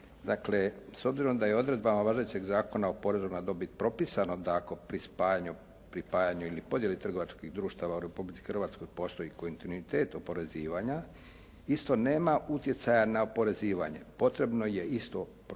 Dakle «S obzirom da je odredba važećeg Zakona o porezu na dobit propisana tako pri spajanju, pripajanju ili podjeli trgovačkih društava u Republici Hrvatskoj postoji kontinuitet oporezivanja. Isto nema utjecaja na oporezivanje. Potrebno je isto propisati